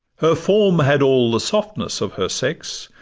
her form had all the softness of her sex,